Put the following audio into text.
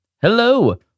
Hello